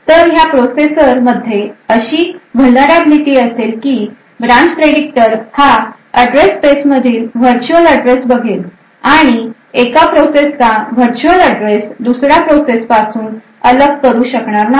तर ह्या प्रोसेसर मध्ये अशी vulnerability असेल की branch predictor हा address space मधील Virtual address बघेल आणि एका प्रोसेसचा Virtual address दुसऱ्या प्रोसेस पासून अलग करू शकणार नाही